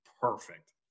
perfect